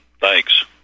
thanks